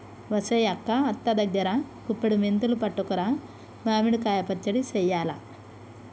ఒసెయ్ అక్క అత్త దగ్గరా గుప్పుడి మెంతులు పట్టుకురా మామిడి కాయ పచ్చడి సెయ్యాల